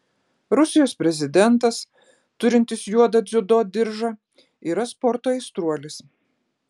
rusijos prezidentas turintis juodą dziudo diržą yra sporto aistruolis